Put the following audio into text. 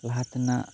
ᱞᱟᱦᱟ ᱛᱮᱱᱟᱜ